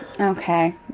Okay